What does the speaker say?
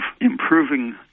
improving